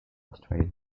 australia